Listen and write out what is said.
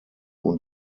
und